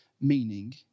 meaning